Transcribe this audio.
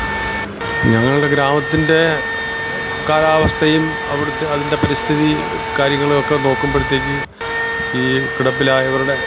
ഞങ്ങളുടെ ഗ്രാമത്തിൻ്റെ കാലാവസ്ഥയും അവിടുത്തെ അതിൻ്റെ പരിസ്ഥിതി കാര്യങ്ങളൊക്കെ നോക്കുമ്പോഴത്തേക്ക് ഈ കിടപ്പിലായവരുടെ